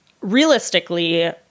realistically